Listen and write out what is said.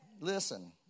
Listen